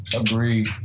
Agreed